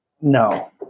No